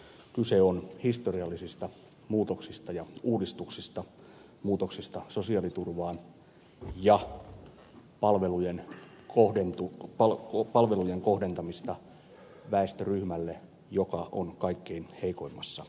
kyse on historiallisista muutoksista ja uudistuksista muutoksista sosiaaliturvaan ja palvelujen kohdentamisesta väestöryhmälle joka on kaikkein heikoimmassa asemassa